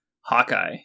Hawkeye